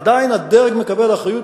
עדיין הדרג מקבל אחריות,